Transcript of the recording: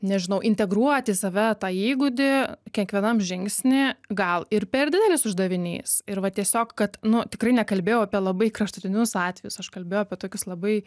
nežinau integruot į save tą įgūdį kiekvienam žingsny gal ir per didelis uždavinys ir va tiesiog kad nu tikrai nekalbėjau apie labai kraštutinius atvejus aš kalbėjau apie tokius labai